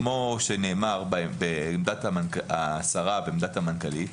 כמו שנאמר בעמדת השרה ועמדת המנכ"לית,